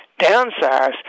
Downsize